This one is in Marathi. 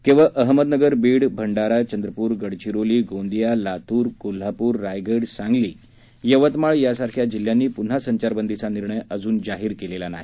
केवळ अहमदनगर बीड भंडारा चंद्रपूर गडचिरोली गोंदिया लातूर कोल्हापूर रायगड सांगली यवतमाळ यासारख्या जिल्ह्यांनी प्न्हा संचारबंदीचा निर्णय अजून जाहीर केलेला नाही